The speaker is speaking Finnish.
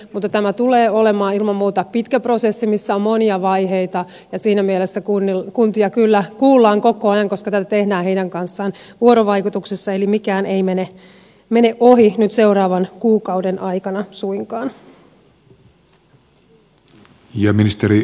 mutta tämä tulee olemaan ilman muuta pitkä prosessi jossa on monia vaiheita ja siinä mielessä kuntia kyllä kuullaan koko ajan koska tätä tehdään heidän kanssaan vuorovaikutuksessa eli mikään ei mene ohi nyt seuraavan kuukauden aikana suinkaan